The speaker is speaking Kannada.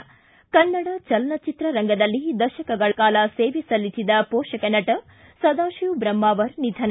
ಿ ಕನ್ನಡ ಚಲನ ಚಿತ್ರರಂಗದಲ್ಲಿ ದಶಕಗಳ ಕಾಲ ಸೇವೆ ಸಲ್ಲಿಸಿದ ಮೋಷಕ ನಟ ಸದಾಶಿವ ಬ್ರಹ್ನಾವರ್ ನಿಧನ